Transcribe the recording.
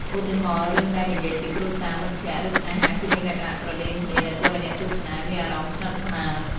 ឧទាហរណ៍ រឿងដែលនិយាយពីគ្រួសារ មិត្តភក្តិ ឬស្នេហាគឺមានលក្ខណៈស្រដៀងគ្នា ដែលធ្វើឲ្យអ្នកទស្សនាមានអារម្មណ៍ស្និទ្ធស្នាល។